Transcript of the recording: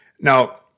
Now